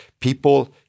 people